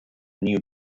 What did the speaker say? new